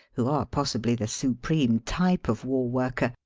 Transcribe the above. who are possibly the supreme type of war-worker,